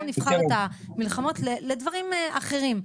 ולכן נבחר את המלחמות לדברים אחרים.